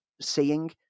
seeing